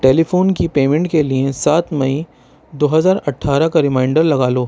ٹیلی phone کی payment کے لیے سات مئی دو ہزار اٹھارہ کا ریمائنڈر لگا لو